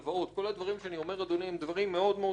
כל הדברים שאני אומר, אדוני, הם מאוד חמורים,